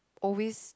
always